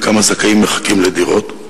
וכמה זכאים מחכים לדירות?